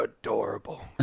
adorable